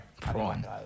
Prawn